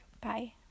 bye